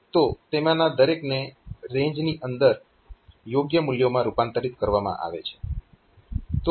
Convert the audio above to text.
તો તેમાંના દરેકને રેન્જની અંદર યોગ્ય મૂલ્યોમાં રૂપાંતરીત કરવામાં આવે છે